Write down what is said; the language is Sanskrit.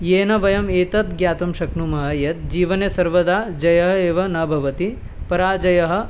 येन वयम् एतत् ज्ञातुं शक्नुमः यत् जीवने सर्वदा जयः एव न भवति पराजयः